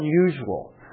unusual